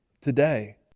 today